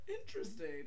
Interesting